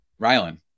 Rylan